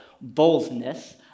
boldness